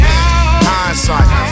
Hindsight